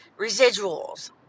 residuals